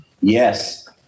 Yes